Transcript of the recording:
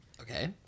Okay